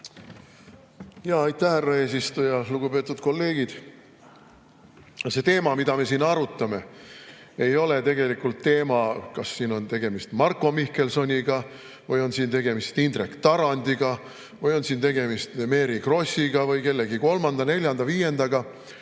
Aitäh, härra eesistuja! Lugupeetud kolleegid! See teema, mida me siin arutame, ei ole tegelikult teema, kas siin on tegemist Marko Mihkelsoniga või on siin tegemist Indrek Tarandiga või on siin tegemist Mary Krossiga või kellegi kolmanda, neljanda, viiendaga.